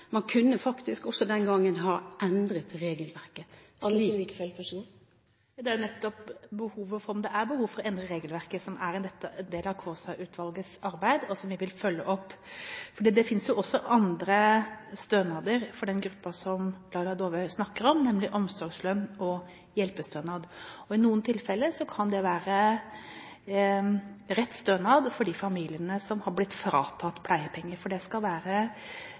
faktisk også den gangen kunne ha endret regelverket. Det er jo nettopp behovet for å få vite om det er behov for å endre regelverket som ligger til grunn for Kaasa-utvalgets arbeid, og som vi vil følge opp, for det finnes også andre stønader for den gruppen som Laila Dåvøy snakker om, nemlig omsorgslønn og hjelpestønad. I noen tilfeller kan det være rett stønad for de familiene som har blitt fratatt pleiepenger, for det skal ikke være